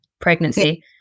pregnancy